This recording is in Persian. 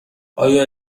آیا